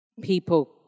people